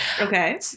Okay